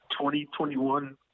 2021